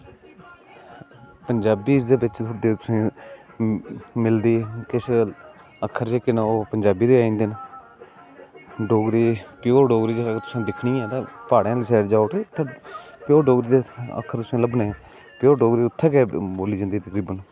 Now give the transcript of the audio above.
पंजाबी दे कन्नै मिलदी किश अक्खर जेह्के न ओह् पंजाबी दे आई जंदे न ते डोगरी प्योर डोगरी तुसें दिक्खनी होऐ तां प्हाड़ें आह्ले पास्सै जाई उट्ठो उत्थें प्योर डोगरी दे अक्खर तुसेंगी लब्भने प्योर डोगरी उत्थें गै बोल्ली जंदी तकरीबन